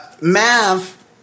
Mav